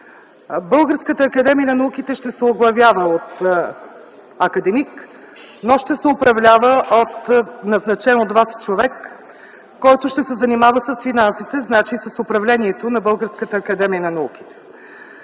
Българската академия на науките ще се оглавява от академик, но ще се управлява от назначен от Вас човек, който ще се занимава с финансите, значи с управлението на Българската академия на науките.